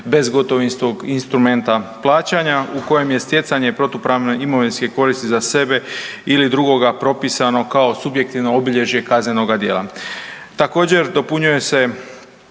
bezgotovinskog instrumenta plaćanja u kojem je stjecanje protupravne imovinske koristi za sebe ili drugoga propisano kao subjektivno obilježje kaznenoga djela. Također, dopunjuje se